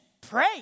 pray